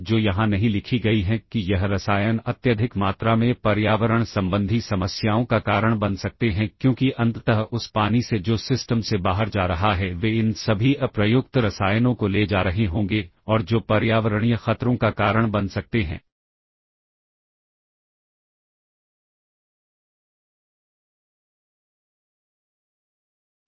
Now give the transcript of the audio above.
तो ऐसा हो सकता है कि यह आपके प्रोग्राम के अन्य डेटा के कुछ अन्य मूल्यों को ध्वस्त कर देता है क्योंकि स्टैक पॉइंटर उन मनमाने स्थानों को इंगित करता है और फिर यह इस प्रोग्राम काउंटर वैल्यू को वहां लिखने की कोशिश करता है